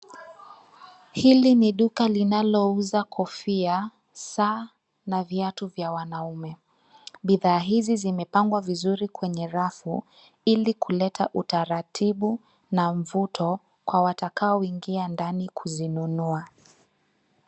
Hili ni duka linalouza kofia, saa, na viatu vya wanaume. Bidhaa hizi zimepangwa vizuri kwenye rafu ilikuleta utaratibu na mvuto kwa watakao ingia ndani kuzinunua.